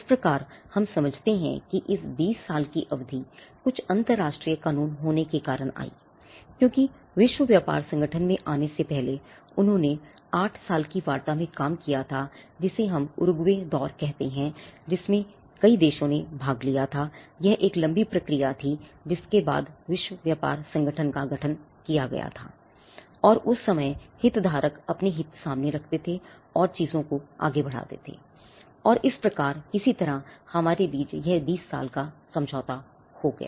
इस प्रकार हम समझते हैं कि इस 20 साल की अवधि कुछ अंतरराष्ट्रीय कानून होने के कारण आई क्योंकि विश्व व्यापार संगठन में आने से पहले उन्होंने 8 साल की वार्ता में काम किया था जिसे हम उरुग्वे अपने हितों सामने रखते थे और चीजों को आगे बढ़ाते थे और इस प्रकार किसी तरह हमारे बीच यह 20 साल के लिए समझौता हो गया